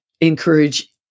encourage